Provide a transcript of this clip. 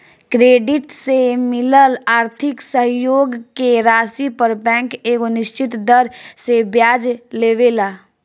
credit से मिलल आर्थिक सहयोग के राशि पर बैंक एगो निश्चित दर से ब्याज लेवेला